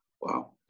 Wow